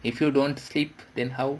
if you don't sleep then how